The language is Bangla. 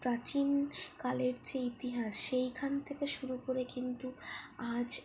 প্রাচীনকালের যে ইতিহাস সেখান থেকে শুরু করে কিন্তু আজ